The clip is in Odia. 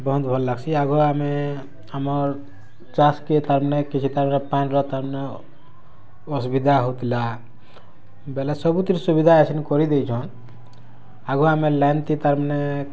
ବହୁତ ଭଲ୍ ଲାଗସି ଆଗୁରୁ ଆମେ ଆମର୍ ଚାଷ୍ କେ ତାର୍ ମାନେ କିଛି ତାର୍ ପାନ୍ ର ତାର୍ ମାନେ ଅସୁବିଧା ହଉଥିଲା ବେଲେ ସବୁଥିର୍ ସୁବିଧା ଆସିନ୍ କରି ଦେଇଛନ୍ ଆଘୁ ଆମେ ଲାଇନ୍ ଥି ତାର୍ ମାନେ